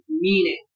meaning